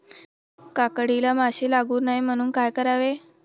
काकडीला माशी लागू नये म्हणून काय करावे?